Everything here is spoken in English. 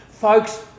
Folks